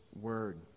word